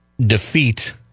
defeat